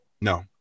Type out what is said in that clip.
No